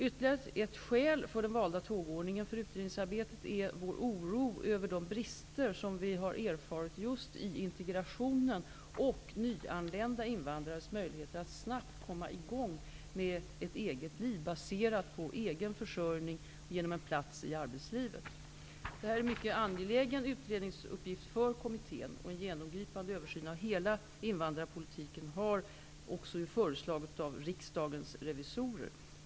Ytterligare ett skäl för den valda tågordningen för utredningsarbetet är vår oro över de brister som vi har erfarit just i integrationen och nyanlända invandrares möjligheter att snabbt komma i gång med ett eget liv baserat på egen försörjning genom plats i arbetslivet. Detta är en mycket angelägen utredningsuppgift för kommittén. En genomgripande översyn av hela invandrarpolitiken har också föreslagits av riksdagens revisorer.